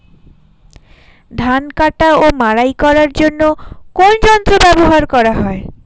ধান কাটা ও মাড়াই করার জন্য কোন যন্ত্র ব্যবহার করা হয়?